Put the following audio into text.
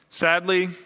Sadly